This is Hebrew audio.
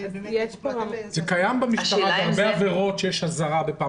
זה קיים במשטרה בהרבה עבירות כאשר בפעם